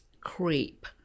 creep